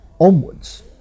onwards